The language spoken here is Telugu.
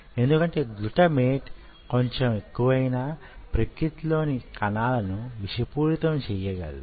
ఎందుకంటే గ్లూటమేట్ కొంచెం ఎక్కువైనా ప్రకృతిలోని కణాలను విషపూరితం చేయ్యగలదు